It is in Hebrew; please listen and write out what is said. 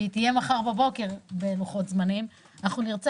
והיא תהיה מחר בבוקר בלוחות זמנים - נרצה